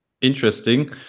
Interesting